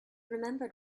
remembered